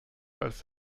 als